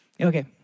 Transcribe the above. Okay